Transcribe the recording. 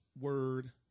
word